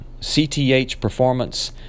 cthperformance